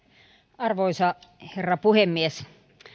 arvoisa herra puhemies